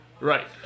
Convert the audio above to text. right